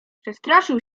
przestraszył